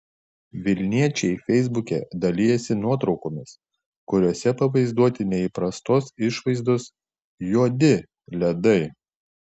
vilniečiai feisbuke dalijasi nuotraukomis kuriose pavaizduoti neįprastos išvaizdos juodi ledai